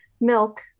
Milk